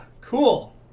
Cool